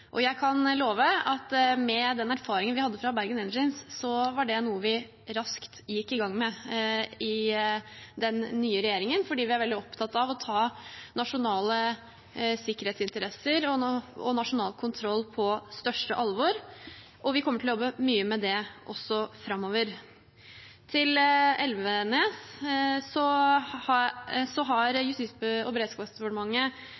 og på tvers av sektorer. Jeg kan love at med den erfaringen vi hadde fra Bergen Engines, var det noe vi raskt gikk i gang med i den nye regjeringen, fordi vi er veldig opptatt av å ta nasjonale sikkerhetsinteresser og nasjonal kontroll på største alvor. Det kommer vi til å jobbe mye med også framover. Til Elvenes: